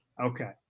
Okay